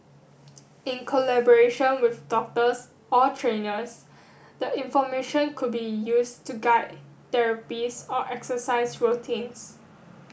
in collaboration with doctors or trainers the information could be used to guide therapies or exercise routines